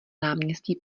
náměstí